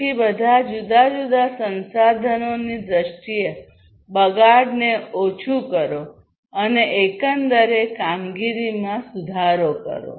પછી બધા જુદા જુદા સંસાધનોની દ્રષ્ટિએ બગાડને ઓછું કરો અને એકંદરે કામગીરીમાં સુધારો કરો